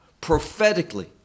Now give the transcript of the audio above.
prophetically